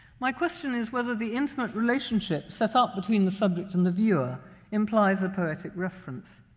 my question is whether the intimate relationship set up between the subject and the viewer implies a poetic reference.